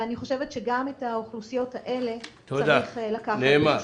ואני חושבת שגם את האוכלוסיות האלה צריך לקחת בחשבון.